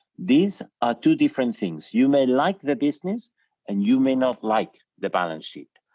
these are two different things, you may like the business and you may not like the balance sheet.